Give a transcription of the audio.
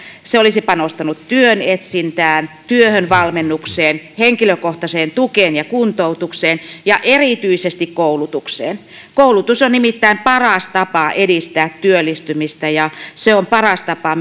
se olisi panostanut työn etsintään työhön valmennukseen henkilökohtaiseen tukeen ja kuntoutukseen ja erityisesti koulutukseen koulutus on nimittäin paras tapa edistää työllistymistä ja se on myös paras tapa